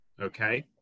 Okay